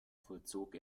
vollzog